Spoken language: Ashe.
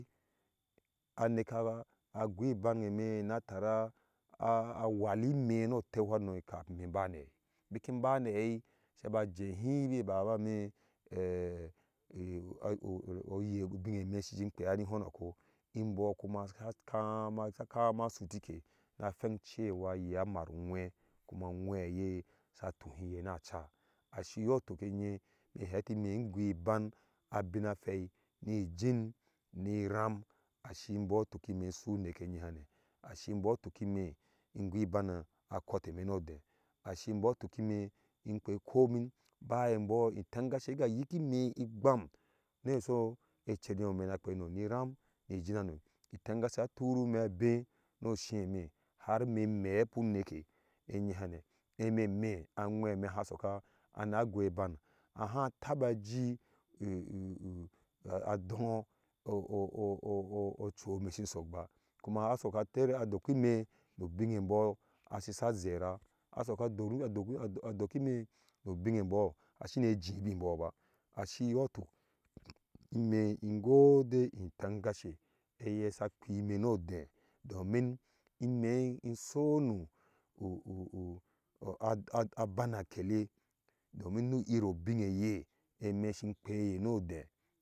Aneke agui iban geme na tara a a wali ime no teu hano hano kamin ime mba na hai biki mba na hai saba jehi be bab me ɔyɛ ubinne me siji kpea ni hono kɔ imbɔɔ kuma sa kama sa kama sutikɛɛ na phen cewa yɛɛ maru weer kuma uwee yɛɛsa tuhi yɛɛ na ca asi yɔɔ tukɛ nye imɛɛ hefi me gui iban abinna phei ni ijin ni ram asi mbɔɔ tuki imɛɛ su neke nye hane asi mbɔɔ tuki imɛɛ ingui bana kɔtɛe in kpe koi ubin bai mbɔɔ itengashege yiki imɛɛ igbam nu su icer ŋyome me na kpei ne ni ram ni ijinano itenga she a turihimɛ abeh no shime har imɛɛ mepu neke ɛ ŋye hane emenɛ aŋwɛ mɛ ha soka na gui ibanahataba ji adonnghɔ ɔchui me shi sok ba kuma a sok ater a doki me nu binn ge ebɔɔh ashi sha zera a soka duru. adoki ime nu binnge ebɔɔh eshi ne jibi mbɔɔh ba ashi yɔɔ tuk imɛɛ ingode itengashe ɛyɛ sa kpi imɛ nuɔ deh domin imɛɛ isonu abana kele domin nu ive binne ye imɛɛ si kpe yɔɔ nuɔdeh.